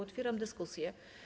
Otwieram dyskusję.